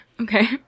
Okay